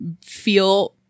feel